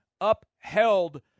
upheld